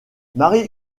mary